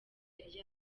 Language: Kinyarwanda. yari